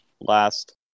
last